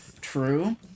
True